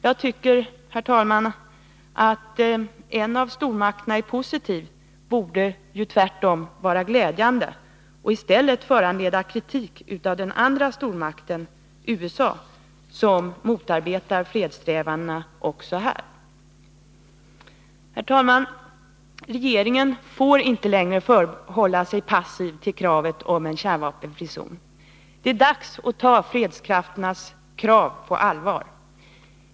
Jag tycker, herr talman, tvärtom att blotta faktum att en av stormakterna är positivt inställd borde vara glädjande och i stället föranleda kritik av den andra stormakten — USA — som motarbetar fredssträvandena också här. Herr talman! Regeringen får inte längre förhålla sig passiv till kravet på en kärnvapenfri zon. Det är dags att ta fredskrafternas krav på allvar.